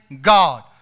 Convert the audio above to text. God